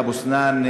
אבו-סנאן,